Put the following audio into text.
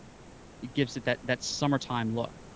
it gives it that that summertime look.